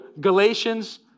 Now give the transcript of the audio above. Galatians